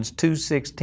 2-16